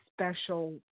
special